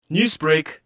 Newsbreak